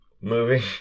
movie